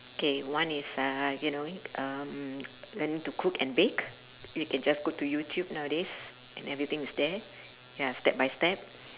K one is uh you know um learning to cook and bake you can just go to youtube nowadays and everything is there ya step by step